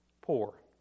poor